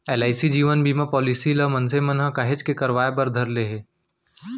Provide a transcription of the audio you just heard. LIC के जीवन बीमा पॉलीसी ल मनसे मन ह काहेच के करवाय बर धर ले हवय